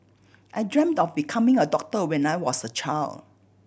I dreamt of becoming a doctor when I was a child